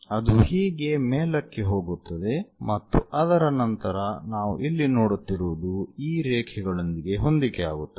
ಅದು ಹೀಗೆ ಮೇಲಕ್ಕೆ ಹೋಗುತ್ತದೆ ಮತ್ತು ಅದರ ನಂತರ ನಾವು ಇಲ್ಲಿ ನೋಡುತ್ತಿರುವುದು ಈ ರೇಖೆಗಳೊಂದಿಗೆ ಹೊಂದಿಕೆಯಾಗುತ್ತವೆ